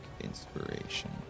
inspiration